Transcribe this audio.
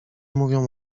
mówią